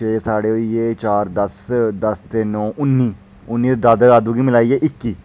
छे साढ़े होई गे छे ते चार दस ते नौ उन्नी ते दादे दादी गी मलाइयै इक्की